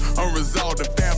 unresolved